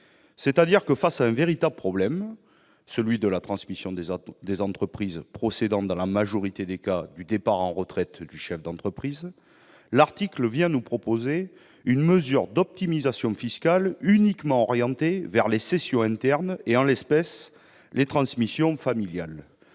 de loi. Face à un véritable problème, celui de la transmission des entreprises, résultant dans la majorité des cas du départ à la retraite du chef d'entreprise, l'article 3 prévoit une mesure d'optimisation fiscale orientée uniquement vers les cessions internes, en l'espèce les transmissions familiales.